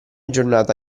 giornata